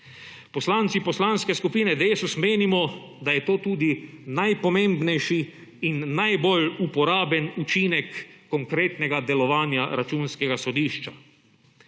Poslanci Poslanske skupine Desus menimo, da je to tudi najpomembnejši in najbolj uporaben učinek konkretnega delovanja Računskega sodišča.